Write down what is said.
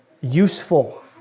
useful